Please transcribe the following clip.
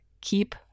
keep